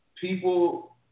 people